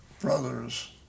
brother's